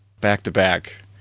back-to-back